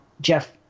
Jeff